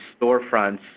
storefronts